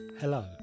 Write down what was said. Hello